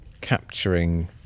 capturing